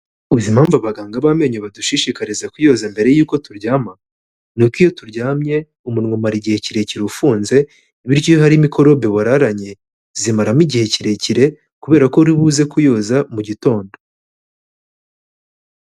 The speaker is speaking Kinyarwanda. Uzi impamvu abaganga b'amenyo badushishikariza kuyoza mbere yuko turyama? Ni uko iyo turyamye, umunwa umarara igihe kirekire ufunze bityo iyo hari mikorobe wararanye, zimaramo igihe kirekire kubera ko uba uribuze kuyoza mu gitondo.